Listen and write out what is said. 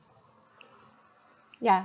ya